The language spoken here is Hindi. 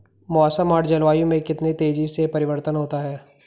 मौसम और जलवायु में कितनी तेजी से परिवर्तन होता है?